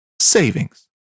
savings